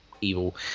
evil